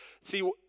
See